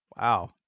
Wow